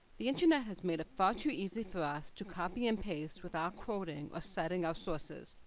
the internet has made it far too easy for us to copy and paste without quoting or citing our sources.